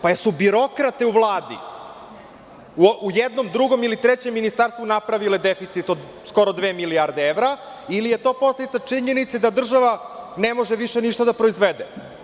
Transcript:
Pa jesu li birokrate u Vladi, u jednom, drugom ili trećem ministarstvu napravile deficit od skoro dve milijarde evra, ili je to posledica činjenice da država ne može više ništa da proizvede?